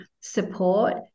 support